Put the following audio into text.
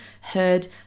heard